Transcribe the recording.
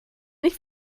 nicht